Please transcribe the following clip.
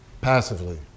passively